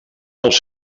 dels